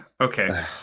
okay